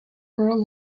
earl